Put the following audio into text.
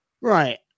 Right